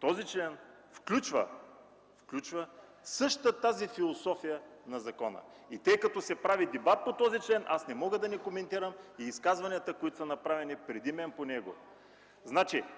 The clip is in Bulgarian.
Този член включва същата тази философия на закона. И тъй като се прави дебат по този член, аз не мога да не коментирам и изказванията, които са направени преди мен по него.